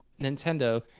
Nintendo